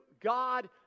God